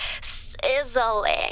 Sizzling